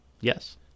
Yes